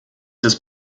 ist